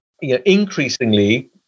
increasingly